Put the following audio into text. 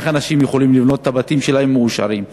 איך אנשים יכולים לבנות את הבתים שלהם מאושרים?